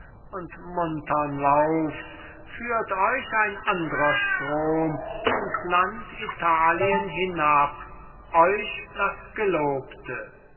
und muntern laufs führt euch ein andrer strom ins land italien hinab euch das gelobte